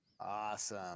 Awesome